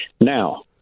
Now